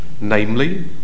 Namely